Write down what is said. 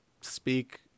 speak